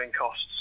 costs